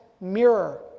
mirror